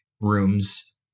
rooms